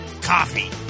coffee